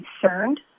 concerned